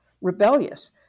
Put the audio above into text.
rebellious